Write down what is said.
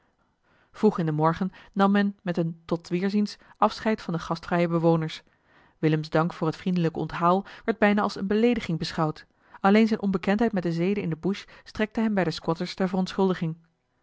vroeg in den morgen nam men met een tot weerziens afscheid van de gastvrije bewoners willem's dank voor het vriendelijk onthaal werd bijna als eene beleediging beschouwd alleen zijne onbekendheid met de zeden in de bush strekte hem bij de squatters ter verontschuldiging